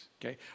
okay